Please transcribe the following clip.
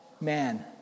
man